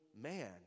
man